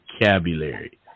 vocabulary